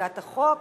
הצגת החוק